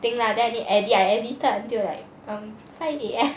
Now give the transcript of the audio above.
thing lah then I need edit I edited until like um five A_M